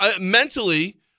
mentally